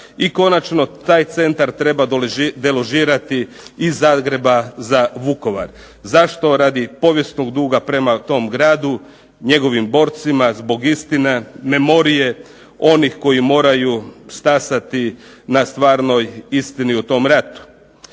I konačno, taj centar treba deložirati iz Zagreba za Vukovar. Zašto? Radi povijesnog duga prema tom gradu, njegovim borcima zbog istina, memorije onih koji moraju stasati na stvarnoj istini o tom ratu.